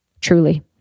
Truly